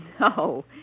No